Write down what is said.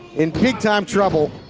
in big time trouble.